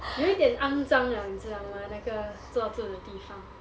有一点肮胀 ah 妳知道 mah 那个坐住的地方